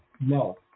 no